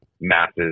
masses